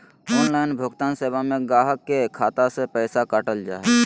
online भुगतान सेवा में गाहक के खाता से पैसा काटल जा हइ